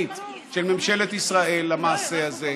וההססנית של ממשלת ישראל למעשה הזה,